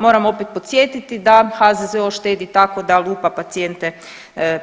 Moram opet podsjetiti da HZZO štedi tako da lupa pacijente